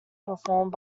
performed